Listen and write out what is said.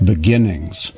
Beginnings